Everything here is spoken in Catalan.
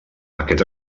aquest